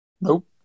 Nope